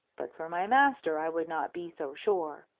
but for my master i would not be so sure.